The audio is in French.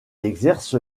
exerce